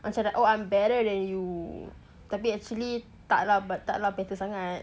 macam like I'm better than you tapi actually tak lah tak lah better sangat